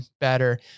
better